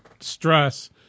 stress